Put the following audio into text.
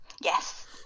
Yes